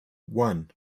one